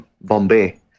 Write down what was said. Bombay